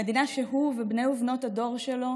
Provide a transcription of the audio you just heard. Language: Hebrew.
המדינה שהוא ובני ובנות הדור שלו